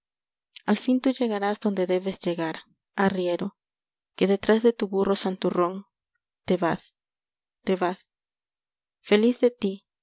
al fin tú llegarás donde debes llegar arriero que detrás de tu burro santurrón te vas te vas feliz de tí